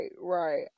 right